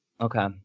Okay